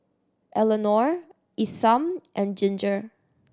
Eleonore Isam and Ginger